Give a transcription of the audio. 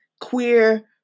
queer